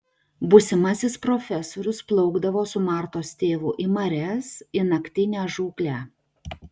būsimasis profesorius plaukdavo su martos tėvu į marias į naktinę žūklę